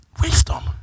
wisdom